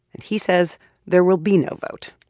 and he says there will be no vote,